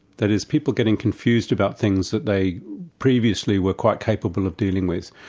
that is, people getting confused about things that they previously were quite capable of dealing with.